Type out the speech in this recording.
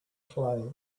clay